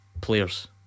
Players